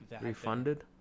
Refunded